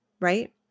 right